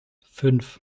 fünf